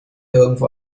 irgendwo